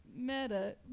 meta